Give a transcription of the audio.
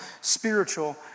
spiritual